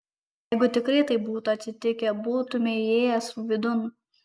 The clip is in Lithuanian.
jeigu tikrai taip būtų atsitikę būtumei įėjęs vidun